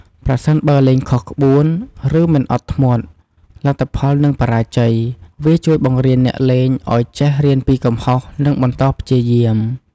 ប្រសិនបើលេងខុសក្បួន ឬមិនអត់ធ្មត់ លទ្ធផលនឹងបរាជ័យ វាជួយបង្រៀនអ្នកលេងឲ្យចេះរៀនពីកំហុស និងបន្តព្យាយាម។